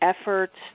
efforts